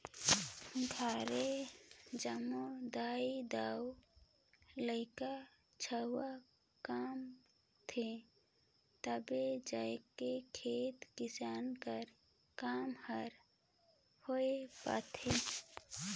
घरे जम्मो दाई दाऊ,, लरिका छउवा कमाथें तब जाएके खेती किसानी कर काम हर होए पाथे